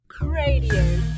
Radio